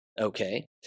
Okay